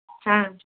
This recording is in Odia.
ହଁ